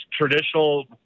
traditional